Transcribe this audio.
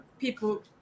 people